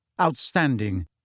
Outstanding